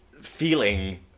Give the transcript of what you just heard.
feeling